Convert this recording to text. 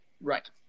Right